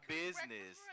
business